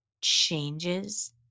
changes